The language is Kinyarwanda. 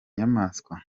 nyamaswa